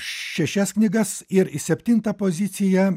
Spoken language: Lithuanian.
šešias knygas ir į septintą poziciją